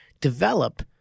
develop